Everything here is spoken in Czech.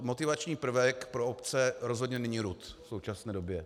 Motivační prvek pro obce rozhodně není RUD v současné době.